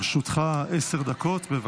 לרשותך עשר דקות.